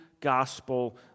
gospel